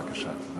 בבקשה.